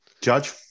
Judge